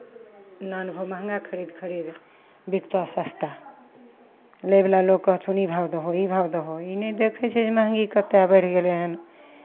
नानबौ महंगा खरीद खरीद बिकतह सस्ता लयवला लोक कहथुन ई भाव दहौ ई भाव दहौ ई नहि देखै छै जे महंगी कतेक बढ़ि गेलै हन